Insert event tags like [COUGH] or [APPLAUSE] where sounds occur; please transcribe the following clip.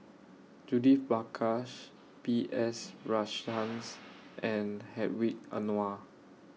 Judith Prakash B S [NOISE] Rajhans and Hedwig Anuar